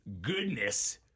goodness